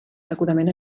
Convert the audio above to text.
degudament